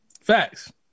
Facts